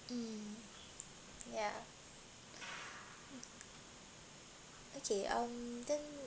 mm ya okay um then